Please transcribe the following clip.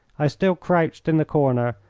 i still crouched in the corner,